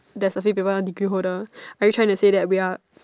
there's a few people degree holder are you trying to say that we are